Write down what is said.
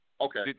Okay